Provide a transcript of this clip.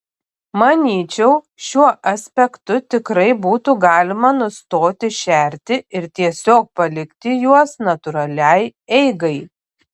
manyčiau šiuo aspektu tikrai būtų galima nustoti šerti ir tiesiog palikti juos natūraliai eigai